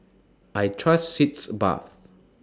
I Trust Sitz Bath